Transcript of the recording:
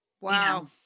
wow